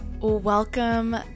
Welcome